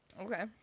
Okay